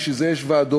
בשביל זה יש ועדות,